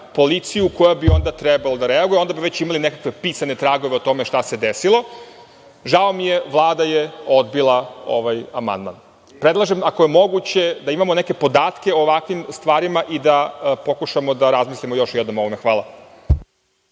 policiju koja bi onda trebalo da reaguje, onda bi već imali nekakve pisane tragove o tome šta se desilo. Žao mi je, Vlada je odbila ovaj amandman. Predlažem, ako je moguće, da imamo neke podatke o ovakvim stvarima i da pokušamo da razmislimo još jednom o ovome. Hvala.